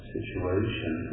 situation